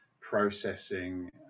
processing